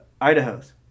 Idaho's